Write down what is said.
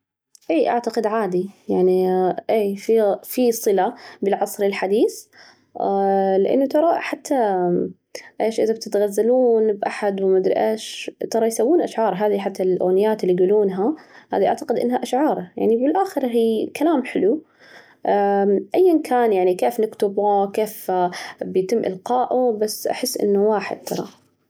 إيه أعتقد عادي يعني في صلة بالعصر الحديث لأنه ترى حتى إيش إذا بتتغزلون بأحد وما أدري إيش، ترى يسوون أشعار هذي حتى الأغنيات اللي يجولونها، هذي أعتقد إنها أشعار، يعني بالأخر هي كلام حلو، أمم، أيًا كان يعني كيف يكتبوه، كيف بيتم إلقاؤه، بس أحس أنه واحد ترى.